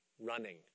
running